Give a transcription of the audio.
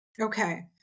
Okay